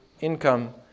income